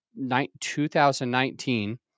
2019